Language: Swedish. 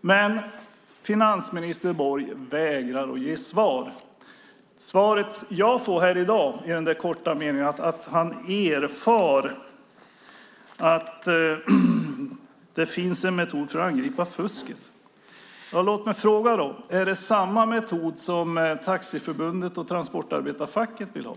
Men finansminister Borg vägrar att svara. Det svar jag får här i dag är bara en kort mening om att han erfarit att det finns en metod för att angripa fusket. Låt mig då ställa följande fråga: Är det samma metod som Taxiförbundet och transportarbetarfacket vill ha,